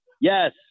Yes